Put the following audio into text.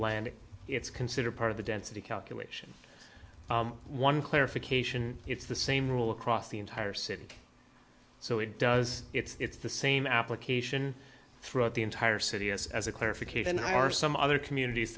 land it's considered part of the density calculation one clarification it's the same rule across the entire city so it does it's the same application throughout the entire city yes as a clarification how are some other communities